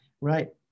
Right